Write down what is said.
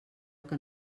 que